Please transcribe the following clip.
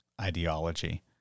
ideology